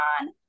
on